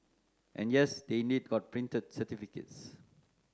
and yes they indeed got printed certificates